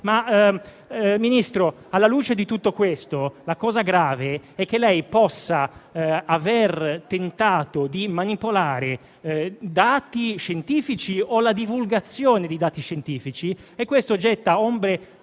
Ministro, alla luce di tutto questo la cosa grave è che lei possa aver tentato di manipolare dati scientifici o la divulgazione di dati scientifici e questo getta ombre